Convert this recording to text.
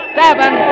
seven